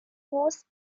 force